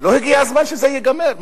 לא הגיע הזמן שזה ייגמר?